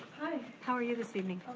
hi. how are you this evening?